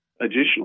additionally